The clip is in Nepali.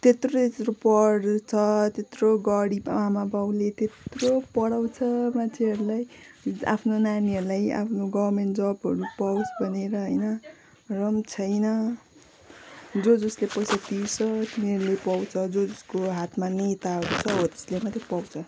त्यत्रो त्यत्रो पढ्छ त्यत्रो गरिब आमा बाउले त्यत्रो पढाउँछ मान्छेहरूलाई आफ्नो नानीहरूलाई आफ्नो गभर्मेन्ट जबहरू पाओस् भनेर होइन र पनि छैन जो जसले पैसा तिर्छ तिनीहरूले पाउँछ जो जोसको हातमा नेताहरू छ हो त्यसले मात्रै पाउँछ